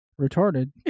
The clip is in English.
retarded